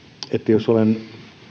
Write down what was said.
jos olen